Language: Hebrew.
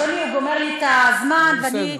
אדוני, הוא גומר לי את הזמן, זה בסדר.